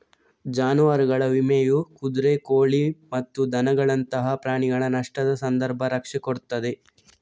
ಜಾನುವಾರುಗಳ ವಿಮೆಯು ಕುದುರೆ, ಕೋಳಿ ಮತ್ತು ದನಗಳಂತಹ ಪ್ರಾಣಿಗಳ ನಷ್ಟದ ಸಂದರ್ಭ ರಕ್ಷಣೆ ಕೊಡ್ತದೆ